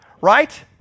Right